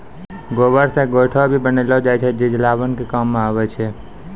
गोबर से गोयठो भी बनेलो जाय छै जे जलावन के काम मॅ आबै छै